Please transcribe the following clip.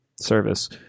service